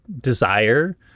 desire